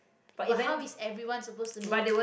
but how is everyone supposed to know